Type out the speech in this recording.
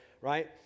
Right